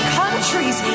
countries